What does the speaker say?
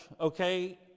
okay